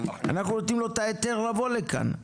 אנחנו נותנים לו את ההיתר לבוא לכאן.